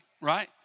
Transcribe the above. right